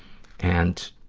and,